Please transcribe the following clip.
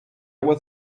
were